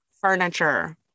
furniture